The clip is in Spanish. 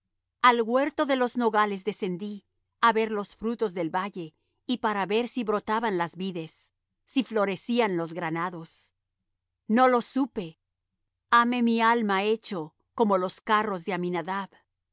al huerto de los nogales descendí a ver los frutos del valle y para ver si brotaban las vides si florecían los granados no lo supe hame mi alma hecho como los carros de